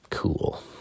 cool